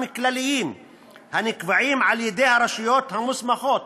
כלליים הנקבעים על-ידי הרשויות המוסמכות,